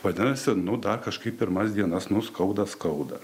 vadinasi nu dar kažkaip pirmas dienas nu skauda skauda